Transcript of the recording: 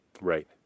right